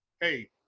hey